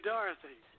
Dorothy